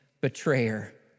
betrayer